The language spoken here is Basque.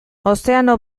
ozeano